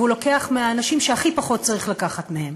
והוא לוקח מהאנשים שהכי פחות צריך לקחת מהם.